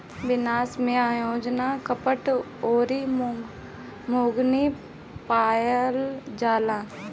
beans में iron, copper, अउरी manganese पावल जाला